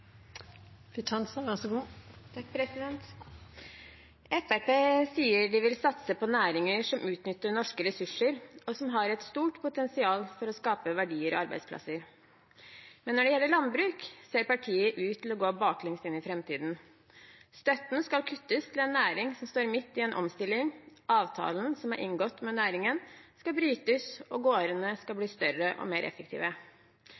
sier de vil satse på næringer som utnytter norske ressurser, og som har et stort potensial for å skape verdier og arbeidsplasser. Men når det gjelder landbruk, ser partiet ut til å gå baklengs inn i framtiden. Støtten skal kuttes til en næring som står midt i en omstilling, avtalen som er inngått med næringen, skal brytes, og